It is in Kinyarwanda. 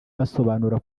basobanura